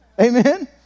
Amen